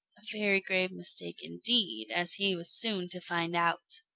a very grave mistake indeed, as he was soon to find out.